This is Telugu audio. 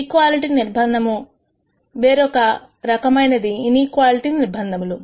ఈక్వాలిటీ నిర్బంధము వేరొక రకమైనది ఇనీక్వాలిటీ నిర్బంధములు